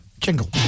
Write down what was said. Jingle